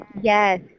Yes